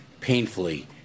painfully